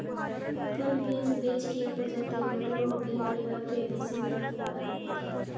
field beans vetch की एक प्रजाति है, मटर और बीन परिवार फैबेसी में एक फूल वाला पौधा है